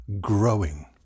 growing